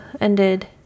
ended